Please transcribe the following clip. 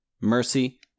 mercy